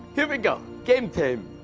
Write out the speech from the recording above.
here we go! game time.